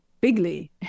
bigly